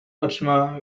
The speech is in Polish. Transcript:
oczyma